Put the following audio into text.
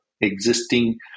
existing